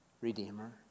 Redeemer